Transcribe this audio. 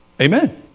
Amen